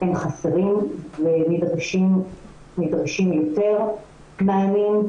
הם חסרים ונדרשים יותר מענים,